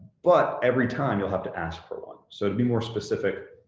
but every time you'll have to ask for one. so to be more specific,